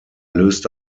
löste